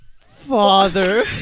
father